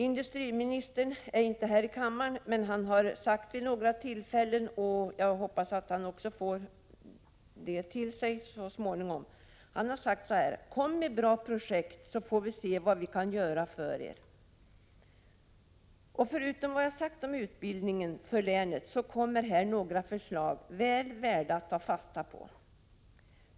Industriministern har sagt vid några tillfällen: ”Kom med bra projekt så får vi se vad vi kan göra för er.” Förutom vad jag sagt om utbildningen för länet kommer här några förslag väl värda att ta fasta på. Industriministern är inte här i kammaren nu, men jag hoppas att dessa förslag når honom så småningom.